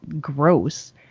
gross